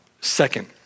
Second